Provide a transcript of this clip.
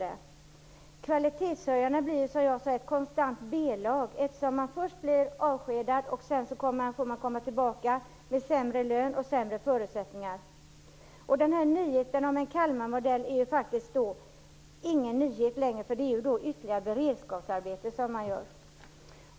Kvalitetshöjarna blir, som jag ser det, ett konstant B-lag. Först blir man avskedad, och sedan får man komma tillbaka med sämre lön och sämre förutsättningar. Nyheten med en Kalmarmodell är faktiskt ingen nyhet längre, det är ytterligare ett beredskapsarbete.